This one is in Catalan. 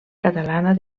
catalana